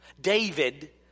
David